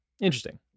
interesting